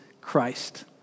Christ